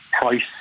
price